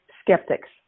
skeptics